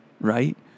right